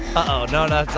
oh no, no!